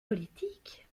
politiques